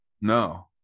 No